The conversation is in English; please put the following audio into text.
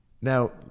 Now